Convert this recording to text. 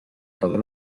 todos